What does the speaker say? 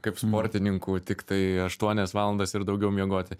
kaip sportininkų tiktai aštuonias valandas ir daugiau miegoti